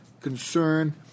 concern